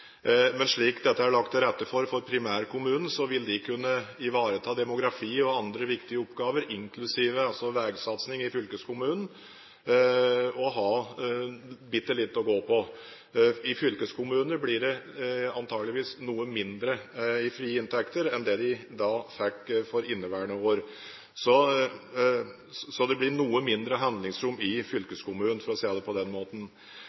Slik dette er lagt til rette for primærkommuner, vil de kunne ivareta demografi og andre viktige oppgaver, inklusiv veisatsing i fylkeskommunen, og ha bitte lite å gå på. I fylkeskommunene blir det antakeligvis noe mindre i frie inntekter enn det var for inneværende år. Så det blir noe mindre handlingsrom i fylkeskommunen, for å si det på den måten.